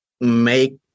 make